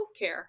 healthcare